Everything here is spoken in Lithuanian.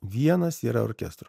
vienas yra orkestro